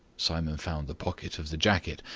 simon found the pocket of the jacket,